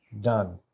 Done